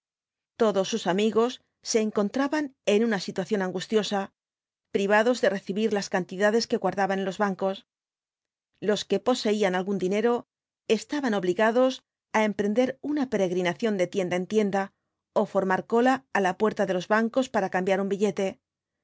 todos sus amigos se encontraban en una situación angustiosa los cuatro jinbths dbl apooalilpsis privados de recibir las cantidades que guardaban en los bancos los que poseían algún dinero estaban obligados á emprender una peregrinación de tienda en tienda ó formar cola á la puerta de los bancos para cambiar un billete